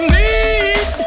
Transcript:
need